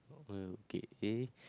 uh okay eh